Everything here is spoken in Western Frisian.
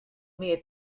mear